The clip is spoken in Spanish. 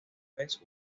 vez